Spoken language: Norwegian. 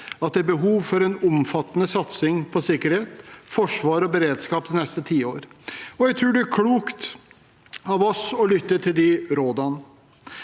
at det er behov for en omfattende satsing på sikkerhet, forsvar og beredskap de neste tiår. Jeg tror det er klokt av oss å lytte til disse rådene.